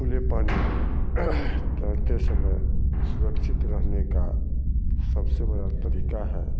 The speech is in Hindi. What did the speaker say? खुले पानी में तैरते समय सुरक्षित रहने का सबसे बड़ा तरीका है